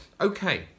okay